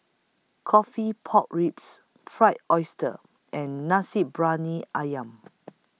Coffee Pork Ribs Fried Oyster and Nasi Briyani Ayam